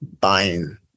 buying